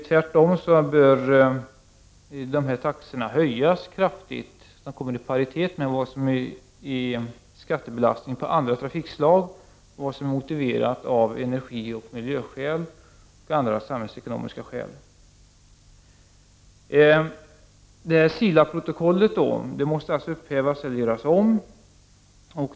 Tvärtom bör taxorna höjas kraftigt, så att de kommer i paritet med skattebelastningen på andra trafikslag och med vad som är motiverat av energioch miljöskäl och andra samhällsekonomiska skäl. SILA-protokollet måste således upphävas eller göras om.